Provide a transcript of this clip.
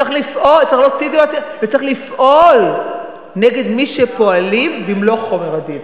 וצריך לפעול נגד מי שפועלים כך במלוא חומר הדין.